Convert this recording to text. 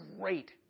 great